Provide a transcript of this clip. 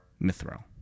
Mithril